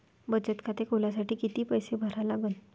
बचत खाते खोलासाठी किती पैसे भरा लागन?